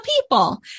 people